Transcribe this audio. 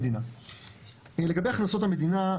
לגבי הכנסות המדינה,